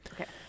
Okay